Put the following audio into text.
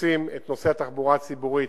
את נושא התחבורה הציבורית.